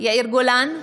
יאיר גולן,